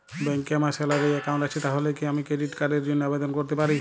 ব্যাংকে আমার salary account আছে তাহলে কি আমি ক্রেডিট কার্ড র জন্য আবেদন করতে পারি?